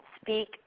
speak